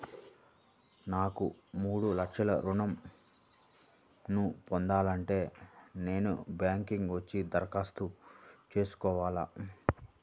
నాకు మూడు లక్షలు ఋణం ను పొందాలంటే నేను బ్యాంక్కి వచ్చి దరఖాస్తు చేసుకోవాలా?